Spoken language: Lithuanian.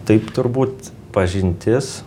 taip turbūt pažintis